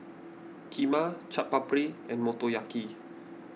Kheema Chaat Papri and Motoyaki